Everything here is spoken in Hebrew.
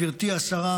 גבירתי השרה,